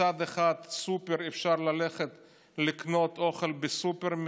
מצד אחד אפשר ללכת לקנות אוכל בסופר,